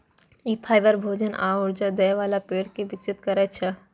ई fibre, भोजन आ ऊर्जा दै बला पेड़ कें विकसित करै छै